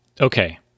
okay